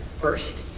first